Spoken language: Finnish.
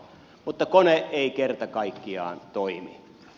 mutta kone ei kerta kaikkiaan toimi